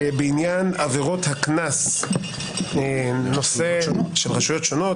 בעניין עבירות הקנס של רשויות שונות.